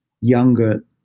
younger